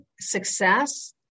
success